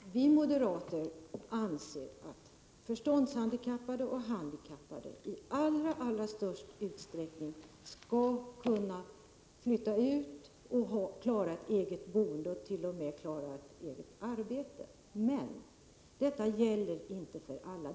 Herr talman! Vi moderater anser att förståndshandikappade och handikappade i allra största utsträckning skall kunna flytta ut och klara ett eget boende och t.o.m. klara ett eget arbete. Men det går inte för alla.